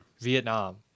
Vietnam